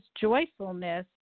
joyfulness